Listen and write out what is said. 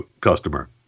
customer